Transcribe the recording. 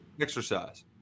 exercise